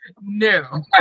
No